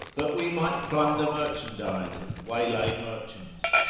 that we might plunder merchandise and waylay merchants.